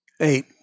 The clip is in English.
Eight